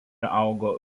augo